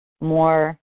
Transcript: more